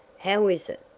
how is it?